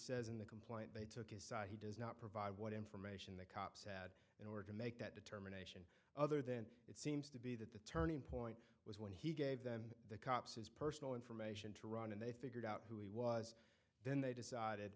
says in the complaint they took his side he does not provide what information the cops had in order to make that determine other than it seems to be that the turning point was when he gave them the cops his personal information to run and they figured out who he was then they decided